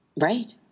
Right